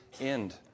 end